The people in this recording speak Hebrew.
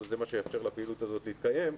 שיאפשר לפעילות הזאת להתקיים.